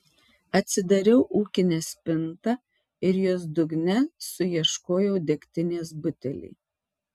atsidariau ūkinę spintą ir jos dugne suieškojau degtinės butelį